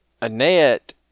Annette